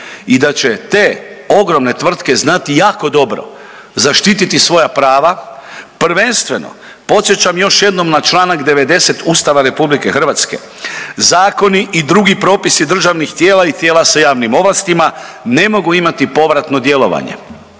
i da će te ogromne tvrtke znati jako dobro zaštititi svoja prava. Prvenstveno podsjećam još jednom na članak 90. Ustava Republike Hrvatske: „Zakoni i drugi propisi državnih tijela i tijela sa javnim ovlastima ne mogu imati povratno djelovanje.“